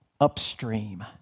upstream